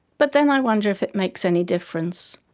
but then i wonder if it makes any difference.